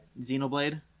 Xenoblade